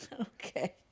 Okay